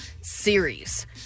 series